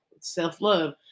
self-love